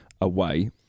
away